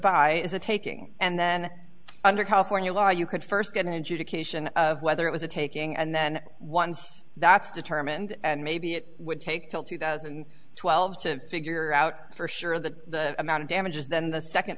by is a taking and then under california law you could first get an adjudication of whether it was a taking and then once that's determined and maybe it would take till two thousand and twelve to figure out for sure of the amount of damages then the second